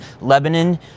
Lebanon